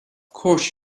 course